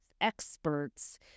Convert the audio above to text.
experts